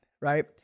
Right